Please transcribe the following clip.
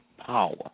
Power